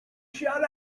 shut